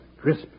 crisp